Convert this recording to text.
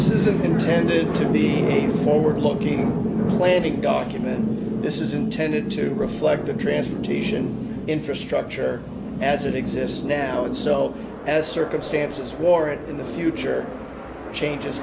this isn't intended to be a forward looking planning document this is intended to reflect the transportation infrastructure as it exists now and so as circumstances warrant in the future changes